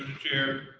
chair.